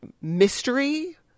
mystery